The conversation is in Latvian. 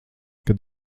kad